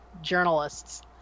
journalists